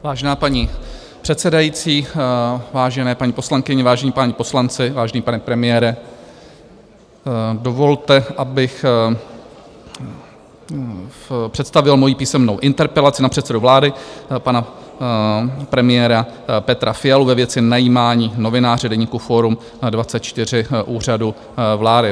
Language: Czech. Vážená paní předsedající, vážené paní poslankyně, vážení páni poslanci, vážený pane premiére, dovolte, abych představil svoji písemnou interpelaci na předsedu vlády, pana premiéra Petra Fialu, ve věci najímání novináře deníku Forum24 Úřadem vlády.